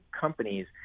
companies